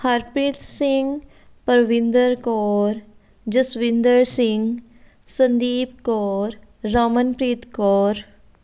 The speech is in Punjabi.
ਹਰਪ੍ਰੀਤ ਸਿੰਘ ਪਰਵਿੰਦਰ ਕੌਰ ਜਸਵਿੰਦਰ ਸਿੰਘ ਸੰਦੀਪ ਕੌਰ ਰਮਨਪ੍ਰੀਤ ਕੌਰ